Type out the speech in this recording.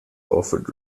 offered